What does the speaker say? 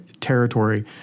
territory